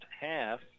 half